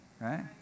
Right